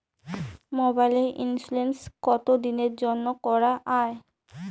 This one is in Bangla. মোবাইলের ইন্সুরেন্স কতো দিনের জন্যে করা য়ায়?